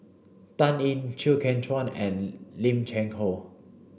Dan Ying Chew Kheng Chuan and Lim Cheng Hoe